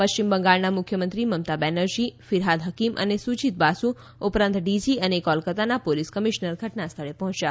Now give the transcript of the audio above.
પશ્ચિમ બંગાળના મુખ્યમંત્રી મમતા બેનરજી ફીરહાદ હકીમ અને સુજીત બાસુ ડીજી અને કોલકતાના પોલીસ કમિશનર ઘટના સ્થળે પહોંચ્યા હતા